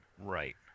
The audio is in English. Right